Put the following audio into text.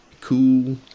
cool